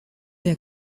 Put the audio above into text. der